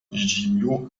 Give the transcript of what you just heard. žymių